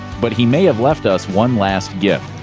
but he may have left us one last gift,